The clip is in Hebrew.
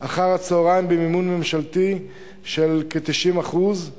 אחר-הצהריים במימון ממשלתי של כ-90%;